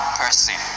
person